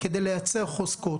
כדי לייצר חוזקות.